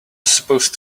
supposed